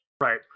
right